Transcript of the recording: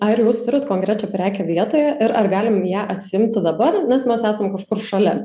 ar jūs turit konkrečią prekę vietoje ir ar galim ją atsiimti dabar nes mes esam kažkur šalia